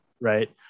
Right